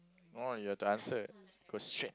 come on you have to answer it go straight